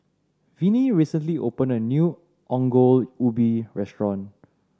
Vinie recently opened a new Ongol Ubi restaurant